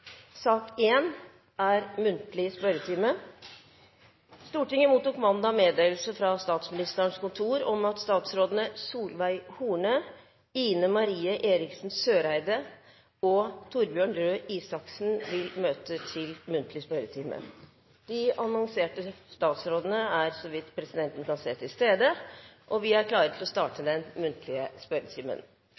Stortinget mottok mandag meddelelse fra Statsministerens kontor om at statsrådene Solveig Horne, Ine M. Eriksen Søreide og Torbjørn Røe Isaksen vil møte til muntlig spørretime. De annonserte statsrådene er så vidt presidenten kan se til stede, og vi er klare til å starte den muntlige spørretimen.